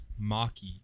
Maki